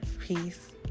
peace